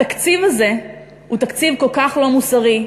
התקציב הזה הוא תקציב כל כך לא מוסרי,